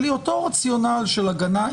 אבל היא אותה רציונל של הגנה,